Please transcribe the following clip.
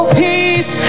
peace